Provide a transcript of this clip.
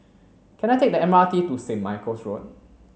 can I take the M R T to Saint Michael's Road